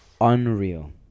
unreal